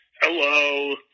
Hello